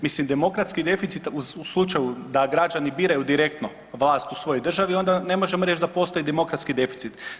Mislim demokratski deficit u slučaju da građani biraju direktno vlast u svojoj državi onda ne možemo reći da postoji demokratski deficit.